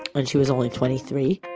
and she was only twenty-three